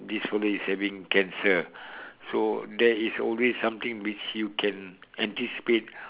this fellow is having cancer so there is always something which you can anticipate